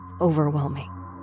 overwhelming